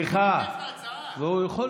סליחה, הוא יכול.